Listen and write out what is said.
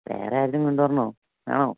വേറെ ആരെയെങ്കിലും കൊണ്ട് വരണോ വേണോ